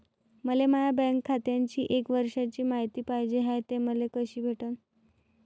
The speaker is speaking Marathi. मले माया बँक खात्याची एक वर्षाची मायती पाहिजे हाय, ते मले कसी भेटनं?